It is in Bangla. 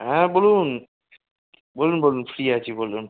হ্যাঁ বলুন বলুন বলুন ফ্রি আছি বলুন